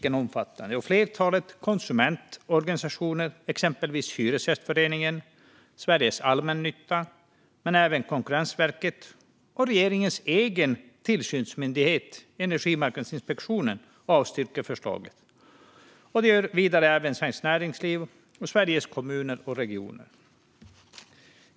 Ett flertal konsumentorganisationer, exempelvis Hyresgästföreningen och Sveriges Allmännytta, men även Konkurrensverket och regeringens egen tillsynsmyndighet Energimarknadsinspektionen avstyrker förslaget. Det gör även Svenskt Näringsliv och Sveriges Kommuner och Regioner.